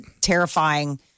terrifying